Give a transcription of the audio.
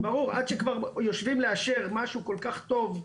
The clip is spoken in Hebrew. ברור, עד שכבר יושבים לאשר משהו כל כך טוב,